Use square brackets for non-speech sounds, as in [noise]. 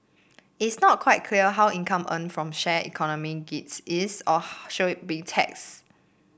it's not quite clear how income earned from shared economy gigs is or [unintelligible] should it be taxed